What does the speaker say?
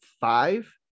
five